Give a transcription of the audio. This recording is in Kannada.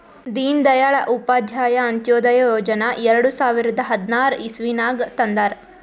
ದೀನ್ ದಯಾಳ್ ಉಪಾಧ್ಯಾಯ ಅಂತ್ಯೋದಯ ಯೋಜನಾ ಎರಡು ಸಾವಿರದ ಹದ್ನಾರ್ ಇಸ್ವಿನಾಗ್ ತಂದಾರ್